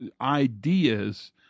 ideas